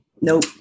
Nope